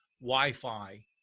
wi-fi